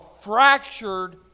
fractured